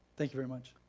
thank you very much.